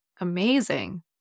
Amazing